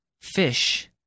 Fish